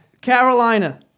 Carolina